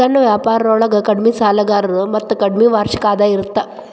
ಸಣ್ಣ ವ್ಯಾಪಾರೊಳಗ ಕಡ್ಮಿ ಕೆಲಸಗಾರರು ಮತ್ತ ಕಡ್ಮಿ ವಾರ್ಷಿಕ ಆದಾಯ ಇರತ್ತ